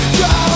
go